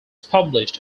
published